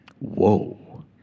Whoa